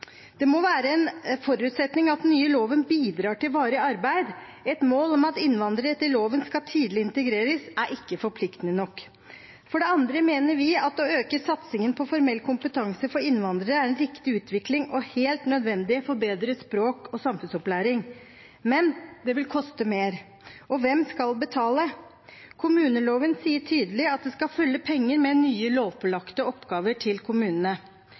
det regjeringen gjør i denne loven. Det må være en forutsetning at den nye loven bidrar til varig arbeid – et mål om at innvandrere etter loven skal tidlig integreres, er ikke forpliktende nok. For det andre mener vi at å øke satsingen på formell kompetanse for innvandrere er en viktig utvikling og helt nødvendig for bedre språk og samfunnsopplæring. Men det vil koste mer, og hvem skal betale? Kommuneloven sier tydelig at det skal følge penger med nye lovpålagte oppgaver til kommunene.